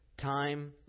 time